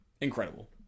Incredible